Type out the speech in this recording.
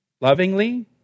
lovingly